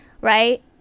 right